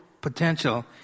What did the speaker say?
potential